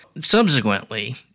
Subsequently